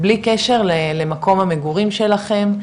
בלי קשר למקום המגורים שלכם,